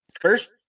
first